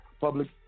public